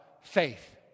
faith